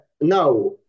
Now